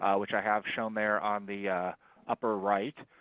which i have shown there on the upper right.